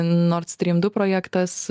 nord stream du projektas